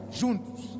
juntos